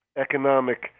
economic